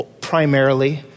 primarily